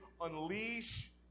unleash